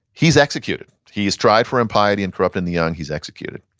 he's executed. he is tried for impiety and corrupting the young, he's executed.